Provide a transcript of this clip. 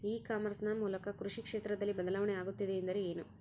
E commerce ನ ಮೂಲಕ ಕೃಷಿ ಕ್ಷೇತ್ರದಲ್ಲಿ ಬದಲಾವಣೆ ಆಗುತ್ತಿದೆ ಎಂದರೆ ಏನು?